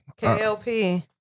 KLP